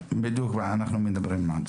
אנחנו מדברים בדיוק על זה.